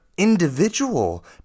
individual